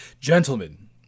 Gentlemen